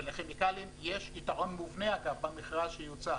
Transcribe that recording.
ולכימיקלים יש יתרון מובנה במכרז שיוצא,